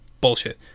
Bullshit